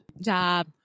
Job